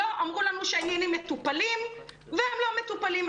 לא, אמרו לנו שהעניינים מטופלים והם לא מטופלים.